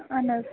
اَہَن حظ